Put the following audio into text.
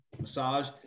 massage